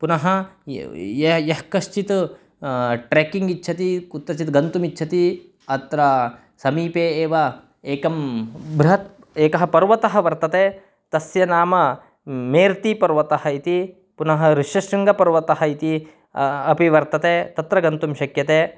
पुनः यः यः कश्चित् ट्रेकिङ्ग् इच्छति कुत्रचित् गन्तुम् इच्छति अत्र समीपे एव एकं बृहत् एकः पर्वतः वर्तते तस्य नाम मेर्तिपर्वतः इति पुनः ऋष्यशृङ्गपर्वतः इति अपि वर्तते तत्र गन्तुं शक्यते